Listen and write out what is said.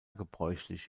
gebräuchlich